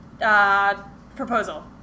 proposal